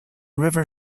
river